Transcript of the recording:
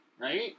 right